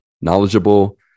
Knowledgeable